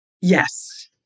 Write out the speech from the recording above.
Yes